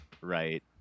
Right